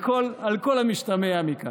על כל המשתמע מכך.